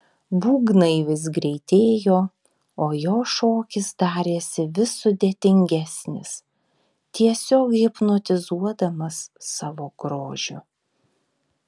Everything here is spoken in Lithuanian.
būgnai vis greitėjo o jo šokis darėsi vis sudėtingesnis tiesiog hipnotizuodamas savo grožiu